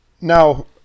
now